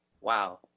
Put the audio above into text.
wow